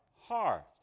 heart